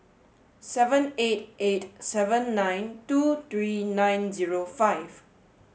seven eight eight seven nine two three nine zero five